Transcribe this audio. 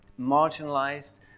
marginalized